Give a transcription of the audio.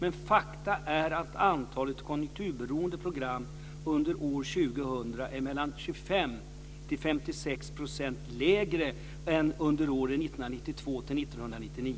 Men fakta är att antalet konjunkturberoende program under år 2000 är 25-56 % lägre än under åren 1992-1999.